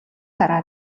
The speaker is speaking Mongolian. дараа